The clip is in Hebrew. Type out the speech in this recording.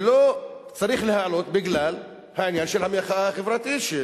ולא צריך להעלות בגלל העניין של המחאה החברתית,